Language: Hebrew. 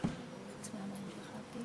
אנחנו כבר עברנו.